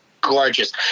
gorgeous